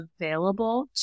available